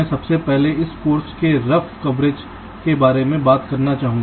मैं सबसे पहले इस कोर्स के रफ कवरेज के बारे में बात करना चाहूंगा